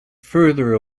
further